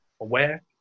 aware